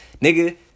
Nigga